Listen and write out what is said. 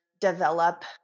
develop